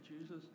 Jesus